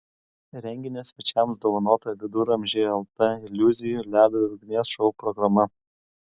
renginio svečiams dovanota viduramžiai lt iliuzijų ledo ir ugnies šou programa